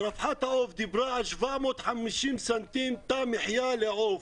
ורווחת העוף דיברה על 750 ס"מ תא מחיה לעוף.